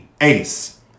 ACE